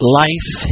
life